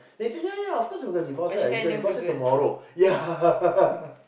then he say ya ya of course I'm gonna divorce her I'm gonna divorce her tomorrow ya